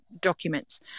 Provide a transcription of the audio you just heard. documents